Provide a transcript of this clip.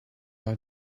our